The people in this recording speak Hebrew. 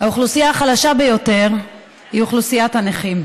האוכלוסייה החלשה ביותר היא אוכלוסיית הנכים,